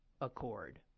Accord